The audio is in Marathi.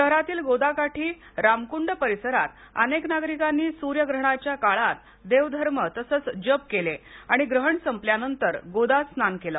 शहरातील गोदाकाठी रामकुंड परिसरात अनेक धार्मिक नागरिकांनी सूर्यग्रहणाच्या काळात देवधर्म तसेच जप केले आणि ग्रहण संपल्यानंतर गोदा स्नान केले